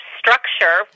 structure